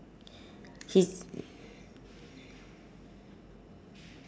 he's